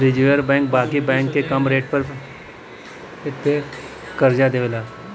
reserve bank बाकी bank के कम रेट पे करजा देवेला